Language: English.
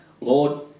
Lord